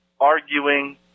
arguing